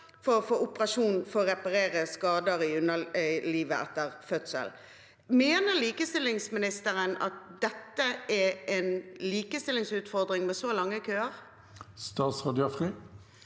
for å få operasjon for å reparere skader i underlivet etter fødsel. Mener likestillingsministeren at det er en likestillingsutfordring med så lange køer? Statsråd